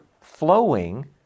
flowing